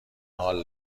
حال